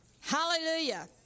hallelujah